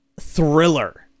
thriller